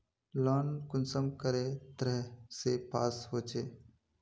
Loan कुंसम करे तरह से पास होचए?